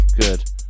good